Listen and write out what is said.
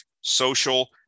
social